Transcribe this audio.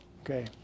Okay